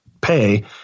pay